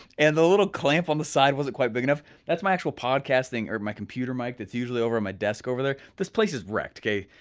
and the little clamp on the side wasn't quite big enough, that's my actual podcast thing, or my computer mic that's usually over on my desk over there. this place is wrecked, kay.